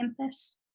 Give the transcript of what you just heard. campus